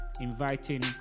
inviting